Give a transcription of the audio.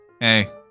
hey